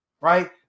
Right